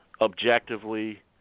objectively